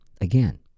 Again